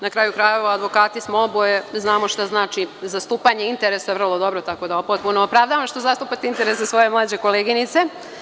Na kraju krajeva, advokati smo i obe znamo šta znači zastupanje interesa, tako da potpuno opravdavam što zastupate interese svoje mlađe koleginice.